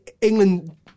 england